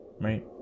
Right